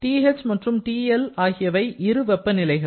TH மற்றும் TL ஆகியவை இரண்டு வெப்ப நிலைகள்